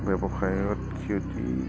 ব্যৱসায়ত ক্ষতি